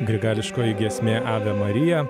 grigališkoji giesmė ave marija